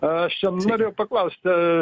aš čia norėjau paklausti